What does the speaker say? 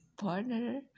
partner